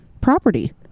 property